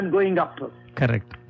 Correct